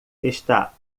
está